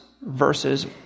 verses